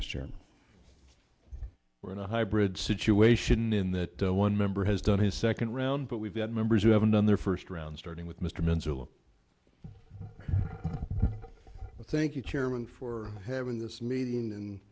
chairman we're in a hybrid situation in that one member has done his second round but we've had members who haven't done their first round starting with mr menzel thank you chairman for having this meeting and